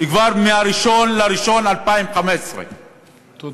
כבר ב-1 בינואר 2015. תודה.